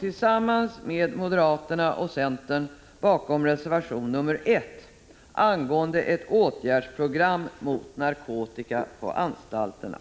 tillsammans med moderaterna och centern bakom reservation 1 angående ett åtgärdsprogram mot narkotika på anstalterna.